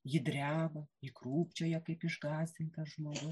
ji dreba ji krūpčioja kaip išgąsdintas žmogu